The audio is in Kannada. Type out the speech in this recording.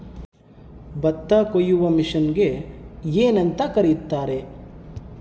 ಭತ್ತ ಕೊಯ್ಯುವ ಮಿಷನ್ನಿಗೆ ಏನಂತ ಕರೆಯುತ್ತಾರೆ?